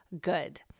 good